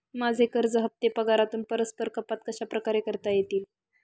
माझे कर्ज हफ्ते पगारातून परस्पर कपात कशाप्रकारे करता येतील?